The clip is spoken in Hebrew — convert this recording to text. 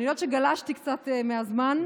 אני יודעת שגלשתי קצת מהזמן.